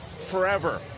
forever